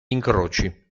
incroci